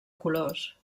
colors